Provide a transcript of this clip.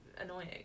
annoying